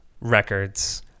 records